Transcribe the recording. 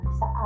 sa